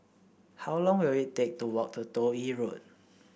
how long will it take to walk to Toh Yi Road